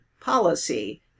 policy